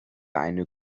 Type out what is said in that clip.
eine